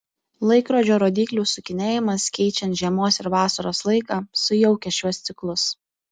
laikrodžio rodyklių sukinėjimas keičiant žiemos ir vasaros laiką sujaukia šiuos ciklus